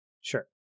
sure